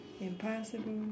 impossible